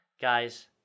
Guys